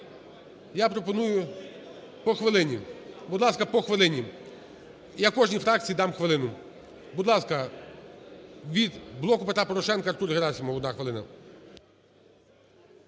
Я пропоную по хвилині. Будь ласка, по хвилині. Я кожній фракції дам хвилину. Будь ласка, від "Блоку Петра Порошенка" Артур Герасимов, 1 хвилина.